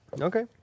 Okay